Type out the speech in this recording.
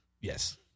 Yes